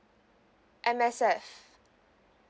M_S_F